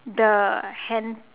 the hen